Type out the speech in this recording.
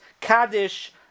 Kaddish